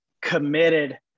committed